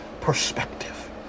perspective